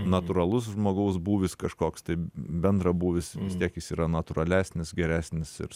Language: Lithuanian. natūralus žmogaus būvis kažkoks tai bendrabūvis kiek jis yra natūralesnis geresnis ir